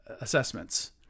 assessments